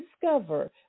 discover